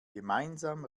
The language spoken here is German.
gemeinsam